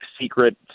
secret –